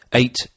eight